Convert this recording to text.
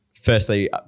firstly